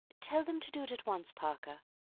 tell them to do it at once, parker.